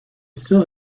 still